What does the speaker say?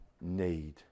need